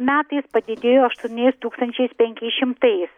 metais padidėjo aštuoniais tūkstančiais penkiais šimtais